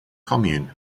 commune